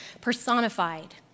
personified